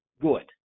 good